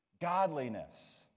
Godliness